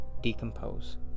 decompose